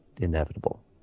inevitable